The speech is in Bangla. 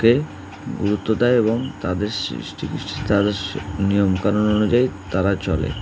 কে গুরুত্ব দেয় এবং তাদের সৃষ্টি তার নিয়মকানুন অনুযায়ী তারা চলে